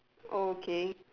okay